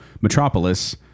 Metropolis